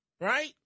Right